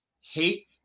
hate